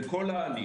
בכל ההליך.